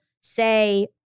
say